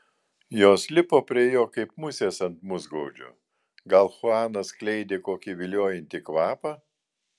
jos lipo prie jo kaip musės ant musgaudžio gal chuanas skleidė kokį viliojantį kvapą